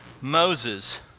Moses